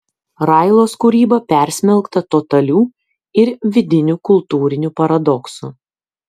railos kūryba persmelkta totalių ir vidinių kultūrinių paradoksų